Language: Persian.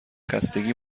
خستگی